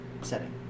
setting